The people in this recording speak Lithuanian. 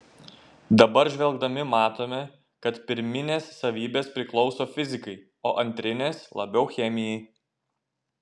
dabar žvelgdami matome kad pirminės savybės priklauso fizikai o antrinės labiau chemijai